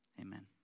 amen